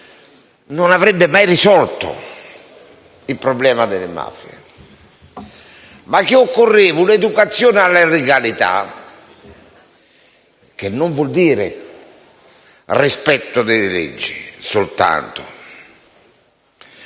non avrebbe mai risolto il problema delle mafie. Occorreva un'educazione alla legalità, che non vuol dire soltanto rispetto delle leggi. Leggendo